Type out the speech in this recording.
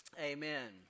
Amen